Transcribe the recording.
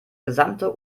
gesamte